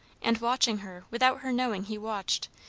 and, watching her without her knowing he watched,